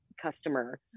customer